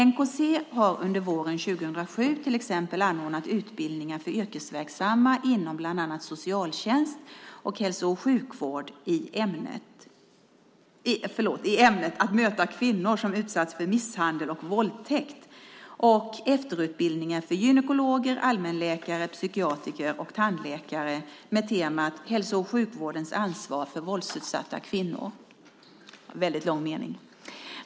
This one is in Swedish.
NKC har under våren 2007 till exempel anordnat utbildningar för yrkesverksamma inom bland annat socialtjänst och hälso och sjukvård i ämnet Att möta kvinnor som utsatts för misshandel och våldtäkt och efterutbildning för gynekologer, allmänläkare, psykiatriker och tandläkare med temat Hälso och sjukvårdens ansvar för våldsutsatta kvinnor.